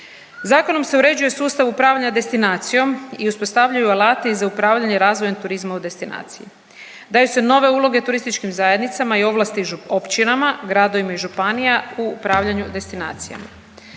Zakonom se uređuje sustav upravljanja destinacijom i uspostavljaju alati za upravljanje razvojem turizma u destinaciji. Daju se nove uloge turističkim zajednicama i ovlasti općinama, gradovima i županija u upravljanju destinacijama.